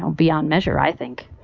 um beyond measure, i think.